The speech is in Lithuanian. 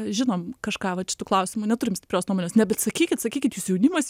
žinom kažką vat šitu klausimu neturim stiprios nuomonės ne bet sakykit sakykit jūs jaunimas